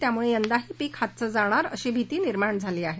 त्यामुळे यंदाही पीक हातचं जाणार की काय अशी भीती निर्माण झाली आहे